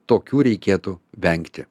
tokių reikėtų vengti